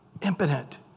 impotent